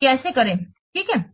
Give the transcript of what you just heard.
कैसे करें ठीक है